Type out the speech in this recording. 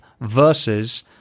versus